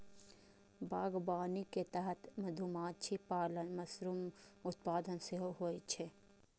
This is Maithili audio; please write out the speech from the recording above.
बागवानी के तहत मधुमाछी पालन, मशरूम उत्पादन सेहो होइ छै